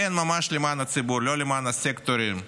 כן, ממש למען הציבור, לא למען הסקטורים,